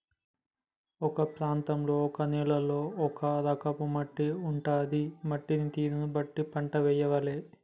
ఒక్కో ప్రాంతంలో ఒక్కో నేలలో ఒక్కో రకం మట్టి ఉంటది, మట్టి తీరును బట్టి పంట వేయాలే